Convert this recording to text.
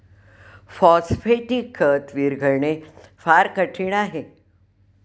phosphatic खत विरघळणे फार कठीण आहे